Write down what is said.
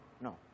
no